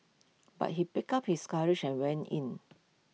but he pick up his courage and went in